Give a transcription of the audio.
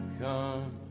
come